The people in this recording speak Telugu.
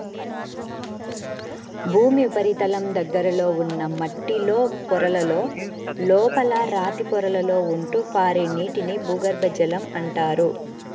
భూమి ఉపరితలం దగ్గరలో ఉన్న మట్టిలో పొరలలో, లోపల రాతి పొరలలో ఉంటూ పారే నీటిని భూగర్భ జలం అంటారు